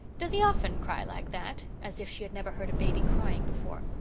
does he often cry like that as if she had never heard a baby crying before.